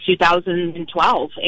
2012